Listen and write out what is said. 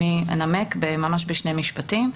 אני אנמק ממש בשני משפטים.